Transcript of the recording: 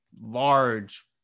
large